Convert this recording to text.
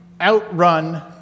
outrun